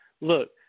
look